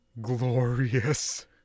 glorious